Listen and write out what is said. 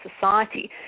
society